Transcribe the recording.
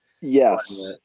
Yes